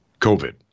COVID